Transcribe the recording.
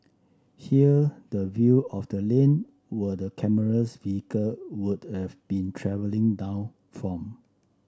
here the view of the lane were the camera's vehicle would have been travelling down from